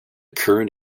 current